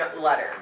letter